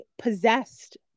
possessed